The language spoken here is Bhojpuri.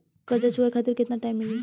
कर्जा चुकावे खातिर केतना टाइम मिली?